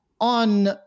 on